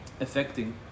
affecting